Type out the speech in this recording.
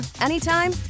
anytime